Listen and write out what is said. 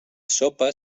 sopa